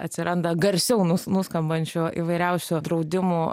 atsiranda garsiau nuskambančio įvairiausių draudimų